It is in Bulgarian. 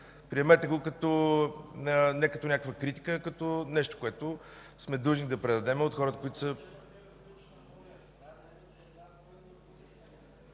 Приемете го не като някаква критика, а като нещо, което сме длъжни да предадем от хората… ДАНАИЛ